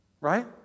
right